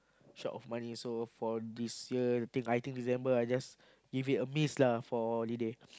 short of money also for this year think I think December I just give it a miss lah for holiday